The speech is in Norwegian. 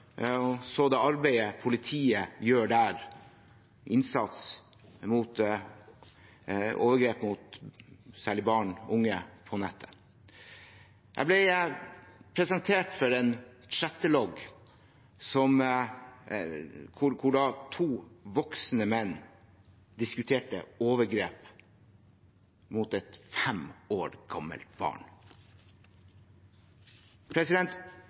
og så det arbeidet politiet gjør der, innsats mot overgrep mot særlig barn, unge, på nettet. Jeg ble presentert for en chattelogg hvor to voksne menn diskuterte overgrep mot et fem år gammelt barn.